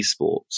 esports